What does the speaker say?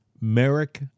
Merrick